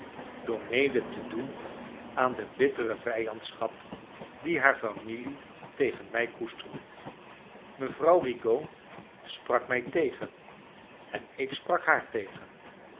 mede te doen aan de bittere vrjandschap die haar familie tegen mij koesterde mevrouw rigaud sprak mij tegen en ik sprak haar tegen